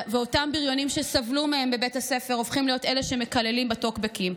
ואותם בריונים שסבלו מהם בבית הספר הופכים להיות אלה שמקללים בטוקבקים,